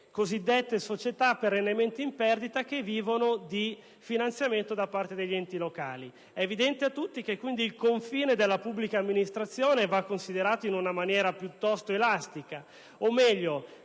sono società perennemente in perdita che vivono del finanziamento da parte degli enti locali. È evidente a tutti che il confine con la pubblica amministrazione va considerato in una maniera piuttosto elastica o, meglio,